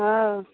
हाँ